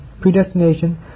predestination